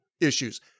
issues